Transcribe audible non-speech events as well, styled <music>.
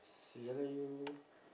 <noise> ya lah you